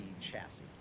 chassis